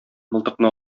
мылтыкны